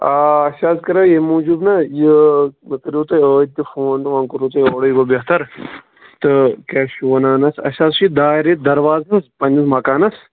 آ اسہِ حظ کَرے ییٚمہِ موٗجوٗب یہِ مےٚ کَریوٚو تۅہہِ ٲدۍ تہِ فون وۅنۍ کوٚروٕ تۅہہِ اوٚوڈٕے یِہِ گوٚو بٮ۪ہتَر تہٕ کیٛاہ چھِ وَنان اَتھ اسہِ حظ چھُ دارِ دَرواز تہٕ پَنٕنِس مکانَس